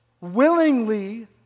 willingly